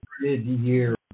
mid-year